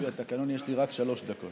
לפי התקנון יש לי רק שלוש דקות.